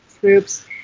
groups